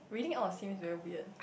reading out of seems very weird